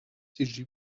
die